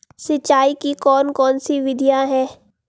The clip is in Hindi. सिंचाई की कौन कौन सी विधियां हैं?